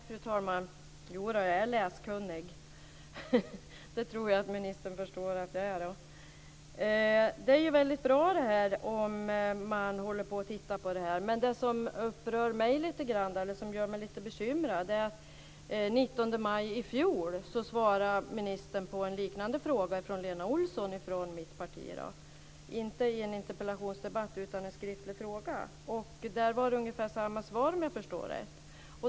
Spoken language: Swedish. Fru talman! Jo, jag är läskunnig. Det tror jag att ministern förstår att jag är. Det är väldigt bra om man håller på att titta på detta. Men det som gör mig lite bekymrad är att ministern den 19 maj i fjol svarade på en liknande fråga från Lena Olsson från mitt parti. Det skedde inte i en interpellationsdebatt, utan det var en skriftlig fråga. Såvitt jag förstår fick hon ungefär samma svar.